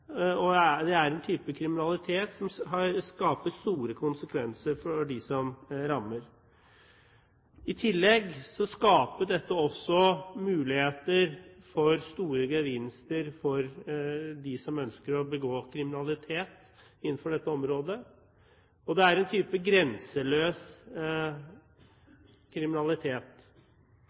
for kriminalitet – en type kriminalitet som får store konsekvenser for dem som rammes. I tillegg gir dette også muligheter for store gevinster for dem som ønsker å begå kriminalitet innenfor dette området, og det er en type grenseløs kriminalitet.